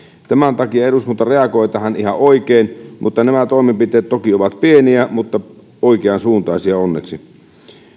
tämän takia eduskunta reagoi tähän ihan oikein mutta nämä toimenpiteet toki ovat pieniä mutta oikeansuuntaisia onneksi